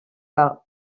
par